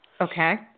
Okay